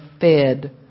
fed